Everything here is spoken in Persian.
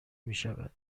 میشود